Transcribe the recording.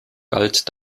galt